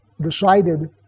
decided